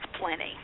plenty